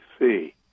see